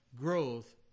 growth